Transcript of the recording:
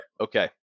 Okay